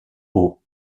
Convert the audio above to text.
eau